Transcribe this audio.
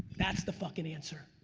that's the fuckin' answer,